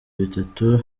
bitatu